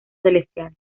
celestial